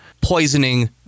poisoning